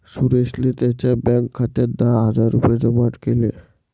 सुरेशने त्यांच्या बँक खात्यात दहा हजार रुपये जमा केले